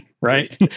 right